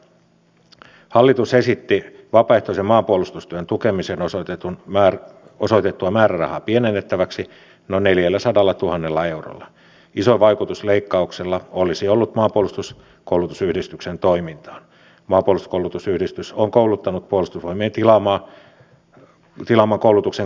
aivan niin kuin ensimmäisessä puheenvuorossani sanoin valtiovarainministeri stubbin väärät lausunnot tai väärä lausunto eduskunnan edessä oli se johon tiivistyi tämä pitkä kritiikki jota on tullut asiantuntijoilta lausunnonantajilta